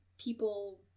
people